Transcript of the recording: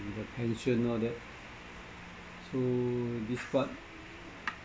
as a pension all that so this part